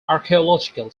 archaeological